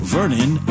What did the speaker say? Vernon